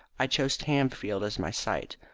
i chose tamfield as my site.